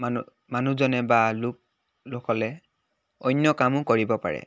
মানুহ মানুহজনে বা লোক লোকসকলে অন্য কামো কৰিব পাৰে